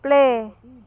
play